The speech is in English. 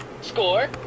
Score